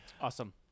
Awesome